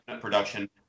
production